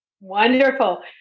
Wonderful